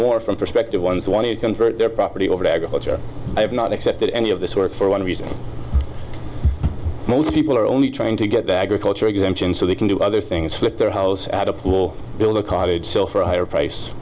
more from prospective ones who want to convert their property over to agriculture i have not accepted any of this work for one reason most people are only trying to get the agriculture exemption so they can do other things with their house at a pool build a cottage sell for a higher price